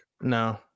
No